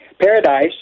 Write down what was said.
Paradise